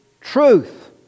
truth